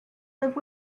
live